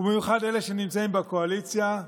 ובמיוחד לאלה שנמצאים בקואליציה,